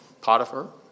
Potiphar